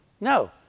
no